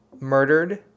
murdered